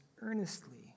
earnestly